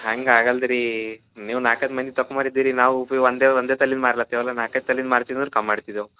ಹಂಗೆ ಆಗಲ್ದ ರೀ ನೀವು ನಾಲ್ಕು ಐದು ಮಂದಿ ತಕ್ಮರ ಇದ್ದೀರಿ ನಾವು ಉಫಿ ಒಂದೆ ಒಂದೆ ತಲೀದು ಮಾರ್ಲತ್ತೀವಿ ಅಲ್ಲಾ ನಾಲ್ಕೈದು ತಲೀದು ಮಾರ್ತೀವಿ ಅಂದ್ರ ಕಮ್ ಮಾಡ್ತಿದ್ದೇವೆ